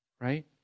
Right